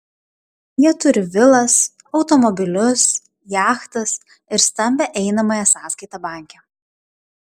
jie turi vilas automobilius jachtas ir stambią einamąją sąskaitą banke